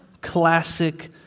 classic